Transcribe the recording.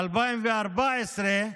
2014,